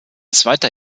zweiter